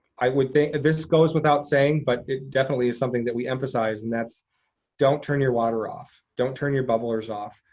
i would think that this goes without saying, but it definitely is something that we emphasize, and that's don't turn your water off. don't turn your bubblers off.